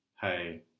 hey